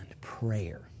prayer